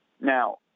Now